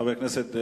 חבר הכנסת עזרא,